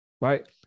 right